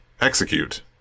execute